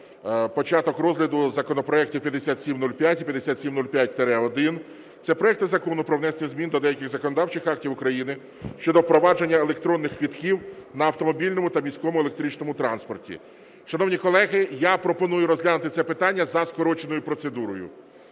початок розгляду законопроектів 5705 і 5705-1. Це проекти законів про внесення змін до деяких законодавчих актів України щодо впровадження електронних квитків на автомобільному та міському електричному транспорті. Шановні колеги, я пропоную розглянути це питання за скороченою процедурою.